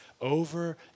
over